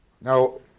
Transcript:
Now